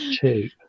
two